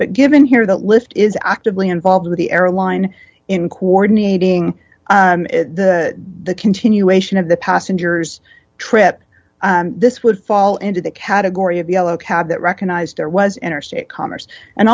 but given here that list is actively involved with the airline in coordinating the continuation of the passenger's trip this would fall into the category of yellow cab that recognized there was interstate commerce and